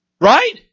Right